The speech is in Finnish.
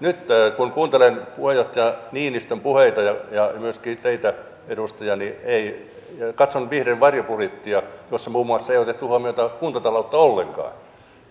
nyt kun kuuntelen puheenjohtaja niinistön puheita ja myöskin teitä edustaja ja katson vihreiden varjobudjettia jossa muun muassa ei otettu huomioon kuntataloutta ollenkaan